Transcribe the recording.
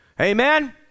amen